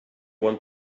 want